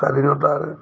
স্বাধীনতাৰ